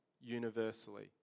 universally